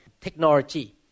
technology